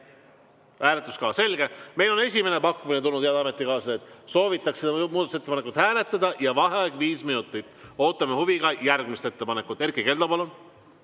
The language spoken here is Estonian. Hääletus ka, selge. Meile on esimene pakkumine tulnud, head ametikaaslased, soovitakse seda muudatusettepanekut hääletada ja vaheaega viis minutit. Ootame huviga järgmist ettepanekut. Erkki Keldo,